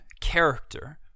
character